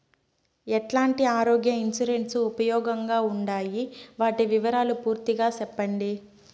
ఎట్లాంటి ఆరోగ్య ఇన్సూరెన్సు ఉపయోగం గా ఉండాయి వాటి వివరాలు పూర్తిగా సెప్పండి?